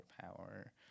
power